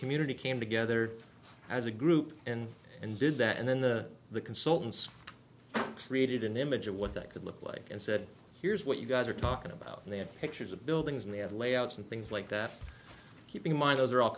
community came together as a group and and did that and then the the consultants created an image of what that could look like and said here's what you guys are talking about and they have pictures of buildings and they have layouts and things like that keep in mind those are all